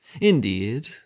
Indeed